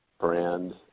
brand